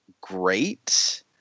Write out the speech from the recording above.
great